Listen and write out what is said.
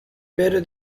better